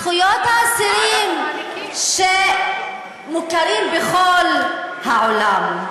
זכויות האסירים שמותרות בכל העולם.